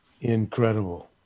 Incredible